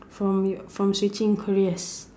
from your from switching careers